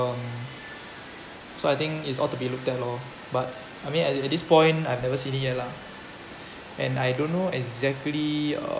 um so I think is ought to be looked at lor but I mean at at this point I've never seen it yet lah and I don't know exactly uh